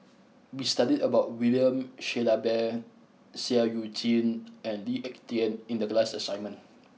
we studied about William Shellabear Seah Eu Chin and Lee Ek Tieng in the class assignment